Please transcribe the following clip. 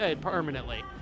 permanently